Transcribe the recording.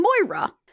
Moira